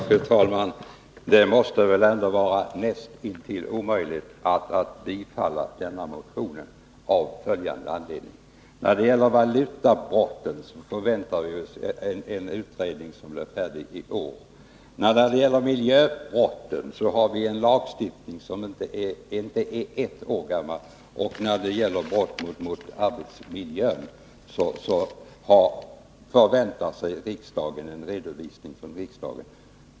Fru talman! Det måste väl ändå vara näst intill omöjligt att bifalla denna motion, av följande anledningar: när det gäller valutabrotten väntar vi ju en utredning som blir färdig i år, när det gäller miljöbrotten har vi en lagstiftning som är inte ens ett år gammal och när det gäller brott mot arbetsmiljölagen förväntar sig riksdagen en redovisning från regeringen.